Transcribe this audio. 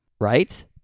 Right